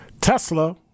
Tesla